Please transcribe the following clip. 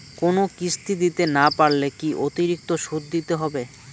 কোনো কিস্তি দিতে না পারলে কি অতিরিক্ত সুদ দিতে হবে?